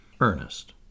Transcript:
Ernest